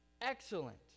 Excellent